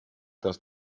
das